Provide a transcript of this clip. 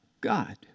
God